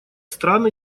страны